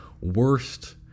worst